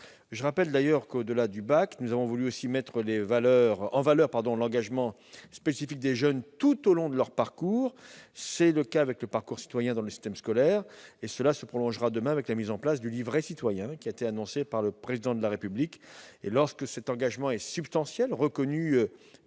Je rappelle que, au-delà du baccalauréat, nous avons voulu mettre en valeur l'engagement spécifique des jeunes tout au long de leur parcours. Tel est le cas avec le parcours citoyen dans le système scolaire, qui se prolongera demain avec la mise en place du livret citoyen, annoncé par le Président de la République. Lorsque cet engagement est substantiel, reconnu